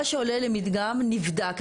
מה שעולה למדגם נבדק.